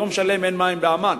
שלפעמים יום שלם אין מים בעמאן,